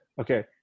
Okay